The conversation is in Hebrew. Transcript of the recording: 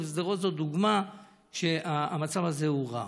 אבל שדרות זו דוגמה כי בה המצב הזה הוא רע.